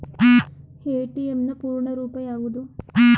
ATM ನ ಪೂರ್ಣ ರೂಪ ಯಾವುದು?